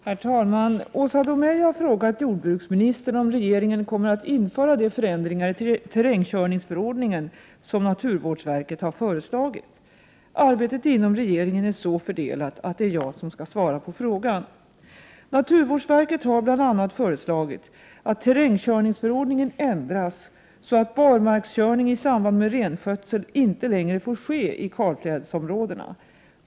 Herr talman! Åsa Domeij har frågat jordbruksministern om regeringen kommer att införa de förändringar i terrängkörningsförordningen som naturvårdsverket har föreslagit. Arbetet inom regeringen är så fördelat att det är jag som skall svara på frågan. Naturvårdsverket har bl.a. föreslagit att terrängkörningsförordningen ändras så att barmarkskörning i samband med renskötsel inte längre får ske i kalfjällsområdena.